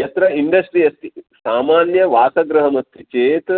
यत्र इन्डस्ट्रि अस्ति सामान्यवासगृहमस्ति चेत्